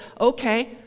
okay